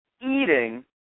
eating